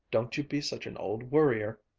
don't you be such an old worrier!